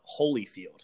Holyfield